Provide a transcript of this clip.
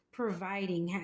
providing